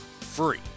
free